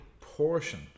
portion